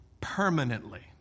permanently